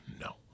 no